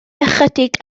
ychydig